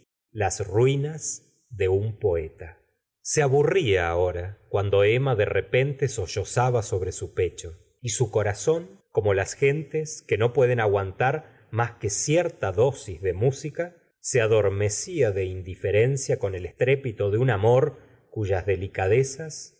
las ruinas de un poeta se aburría ahora cuando emma de repente so llozaba sobre su pecho y su cor azón como las gentes que no pueden ag uantar más que cierta dosis de música se adormecía de indifer encia con el estrépito de un amor cuyas delicadezas